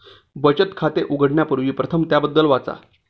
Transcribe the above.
बचत खाते उघडण्यापूर्वी प्रथम त्याबद्दल वाचा